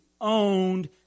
owned